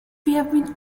been